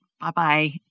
Bye-bye